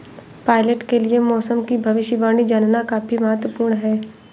pilot के लिए मौसम की भविष्यवाणी जानना काफी महत्त्वपूर्ण है